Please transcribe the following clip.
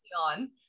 on